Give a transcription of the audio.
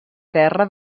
terra